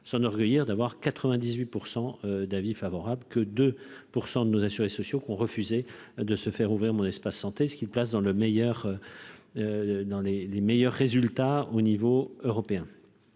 s'enorgueillir d'avoir 98 % d'avis favorables, que 2 pour de nos assurés sociaux qui ont refusé de se faire ouvrir mon espace santé ce qui le place dans le meilleur dans les les meilleurs résultats au niveau européen